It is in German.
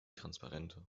transparenter